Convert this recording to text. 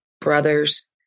brothers